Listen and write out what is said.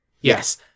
Yes